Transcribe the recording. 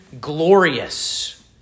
glorious